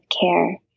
care